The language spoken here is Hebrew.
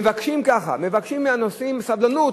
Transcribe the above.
מבקשים, ככה: מבקשים מהנוסעים סבלנות.